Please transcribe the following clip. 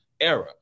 era